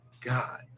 God